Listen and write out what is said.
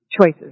choices